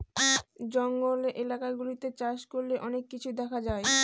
জঙ্গলের এলাকা গুলাতে চাষ করলে অনেক কিছু দেখা যায়